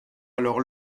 alors